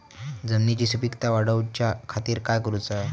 जमिनीची सुपीकता वाढवच्या खातीर काय करूचा?